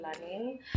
learning